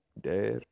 dad